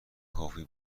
کافی